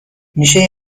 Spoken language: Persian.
میشه